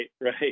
Right